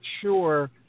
sure